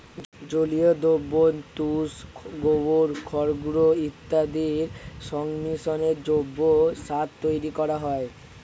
জলীয় দ্রবণ, তুষ, গোবর, খড়গুঁড়ো ইত্যাদির সংমিশ্রণে জৈব সার তৈরি করা হয়